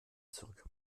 zurück